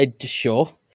Sure